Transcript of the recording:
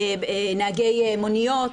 נהגי מוניות,